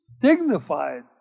dignified